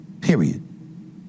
Period